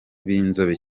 b’inzobe